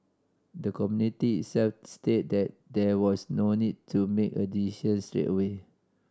the Committee itself state that there was no need to make a straight away